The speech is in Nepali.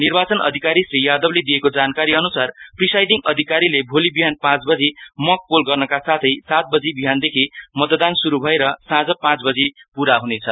निर्वाचन अधिकारी श्री यादावले दिएको जानकारी अनुसार प्रिसाइडीङ अधिकारीले भोलि बिहान पाँच बजी मक पोल गर्नका साथै सात बजी बिहानदेखि मतदान श्रू भएर साँझ पाँच बजी पूरा हुनेछ